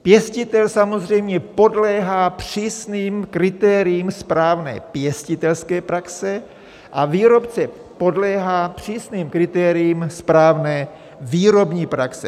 Pěstitel samozřejmě podléhá přísným kritériím správné pěstitelské praxe a výrobce podléhá přísným kritériím správné výrobní praxe.